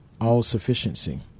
all-sufficiency